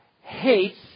hates